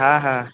হ্যাঁ হ্যাঁ